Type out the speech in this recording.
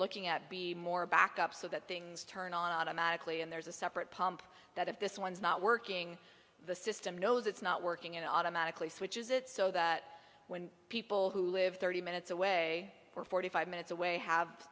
looking at be more back up so that things turn on a magically and there's a separate pump that if this one's not working the system knows it's not working it automatically switches it so that when people who live thirty minutes away or forty five minutes away have